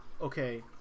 okay